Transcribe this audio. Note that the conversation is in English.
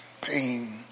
pain